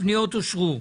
הפניות אושרו.